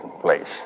place